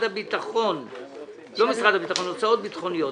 הוצאות ביטחוניות.